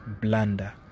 blunder